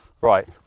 right